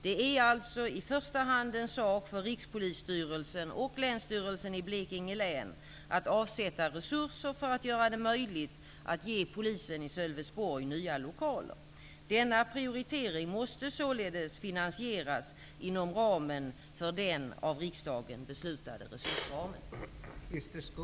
Det är alltså i första hand en sak för Rikspolisstyrelsen och Länsstyrelsen i Blekinge län att avsätta resurser för att göra det möjligt att ge polisen i Sölvesborg nya lokaler. Denna prioritering måste således finansieras inom ramen för den av riksdagen beslutade resursramen.